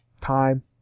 time